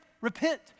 repent